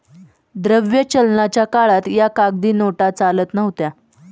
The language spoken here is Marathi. द्रव्य चलनाच्या काळात या कागदी नोटा चालत नव्हत्या